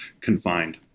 confined